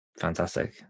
Fantastic